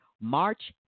March